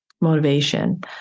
motivation